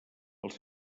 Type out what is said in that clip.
els